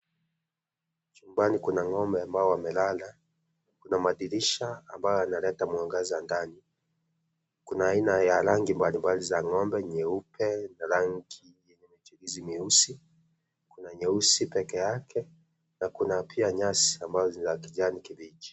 Chumbani kuna ng'ombe ambao wamelala, kuna madirisha ambayo yanaleta mwangaza ndani, kuna aina ya rangi mbalimbali za ng'ombe nyeupe na rangi yenye michirizi mieusi kuna nyeusi pekeyake na kuna pia nyasi ambayo niya kijani kibichi.